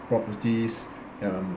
properties um